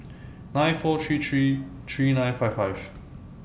nine four three three three nine five five